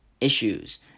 Issues